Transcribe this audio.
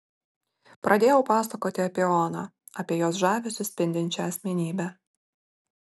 pradėjau pasakoti apie oną apie jos žavesiu spindinčią asmenybę